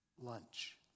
lunch